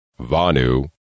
Vanu